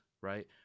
Right